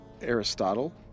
Aristotle